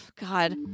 God